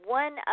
one